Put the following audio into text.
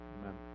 amen